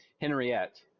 Henriette